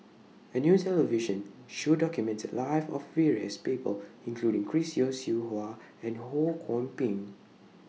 A New television Show documented The Lives of various People including Chris Yeo Siew Hua and Ho Kwon Ping